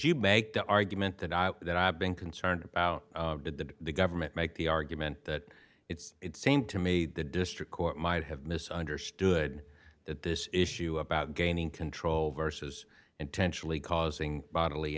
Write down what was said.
to make the argument that that i've been concerned about did the government make the argument that it's it seemed to me the district court might have misunderstood that this issue about gaining control versus intentionally causing bodily